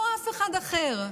לא אף אחד אחר.